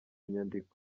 nyandiko